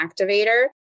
activator